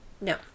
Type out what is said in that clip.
No